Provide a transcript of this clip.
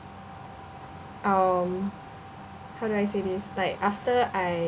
um how do I say this like after I